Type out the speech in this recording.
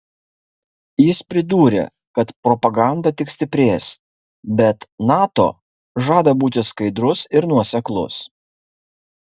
jis pridūrė kad propaganda tik stiprės bet nato žada būti skaidrus ir nuoseklus